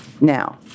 Now